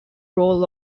role